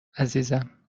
عزیزم